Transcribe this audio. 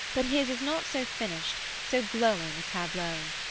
but his is not so finished, so glowing a tableau.